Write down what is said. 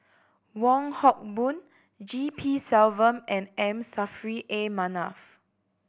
Wong Hock Boon G P Selvam and M Saffri A Manaf